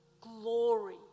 glory